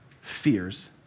fears